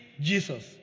Jesus